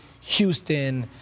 Houston